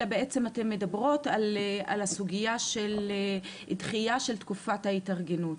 אלא בעצם אתן מדברות על הסוגייה של דחייה של תקופת ההתארגנות.